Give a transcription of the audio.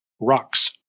rocks